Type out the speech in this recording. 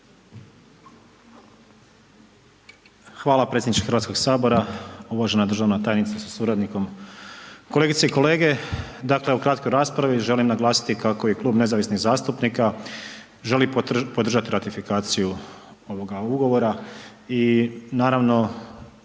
Hvala predsjedniče Hrvatskog sabora, uvažena državna tajnice sa suradnikom. Kolegice i kolege dakle o kratkoj raspravi, želim naglasiti kako je Klub nezavisnih zastupnika želi podržati ratifikaciju ovoga ugovora i naravno